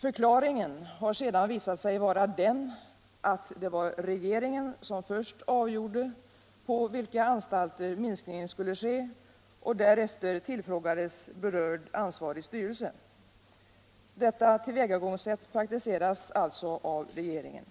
Förklaringen har senare visat sig vara den att det var regeringen som först avgjorde på vilka anstalter minskningen skulle ske och därefter tillfrågades berörd ansvarig styrelse. Detta tillvägagångssätt praktiseras alltså av regeringen.